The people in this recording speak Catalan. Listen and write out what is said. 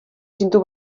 cinto